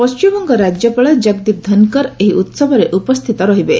ପଶ୍ଚିମବଙ୍ଗ ରାଜ୍ୟପାଳ ଜଗଦୀପ ଧନକର୍ ଏହି ଉସବରେ ଉପସ୍ଥିତ ରହିବେ